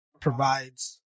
provides